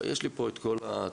יש לי פה את כל התוכנית.